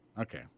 Okay